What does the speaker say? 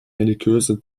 religiöse